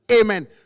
Amen